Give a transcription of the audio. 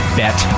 bet